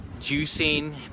juicing